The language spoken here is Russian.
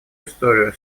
историю